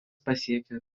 pasiekė